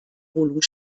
wohnung